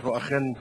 אנחנו אכן,